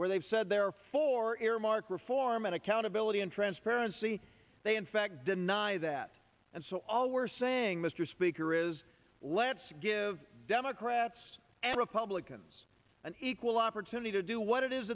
where they've said they're for earmark reform and accountability and transparency they in fact deny that and so all we're saying mr speaker is let's give democrats and republicans an equal opportunity to do what it is